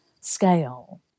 scale